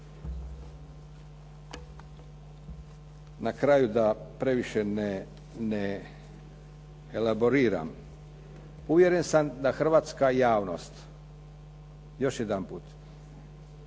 Na kraju da previše ne elaboriram, uvjeren sam da hrvatska javnost, još jedanput,